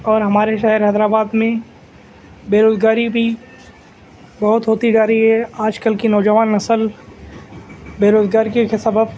اور ہمارے شہر حیدرآباد میں بےروزگاری بھی بہت ہوتی جا رہی ہے آجکل کی نوجوان نسل بےروزگاری کے سبب